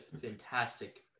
fantastic